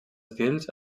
estils